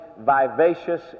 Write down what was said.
vivacious